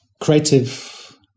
creative